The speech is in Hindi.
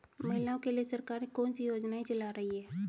महिलाओं के लिए सरकार कौन सी योजनाएं चला रही है?